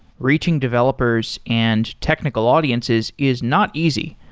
reaching developers and technical audiences is not easy,